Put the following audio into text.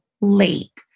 lake